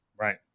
Right